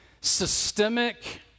systemic